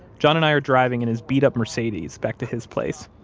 john and i are driving in his beat-up mercedes back to his place